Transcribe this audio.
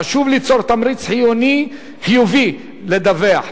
חשוב ליצור תמריץ חיובי לדווח,